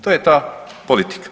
To je ta politika.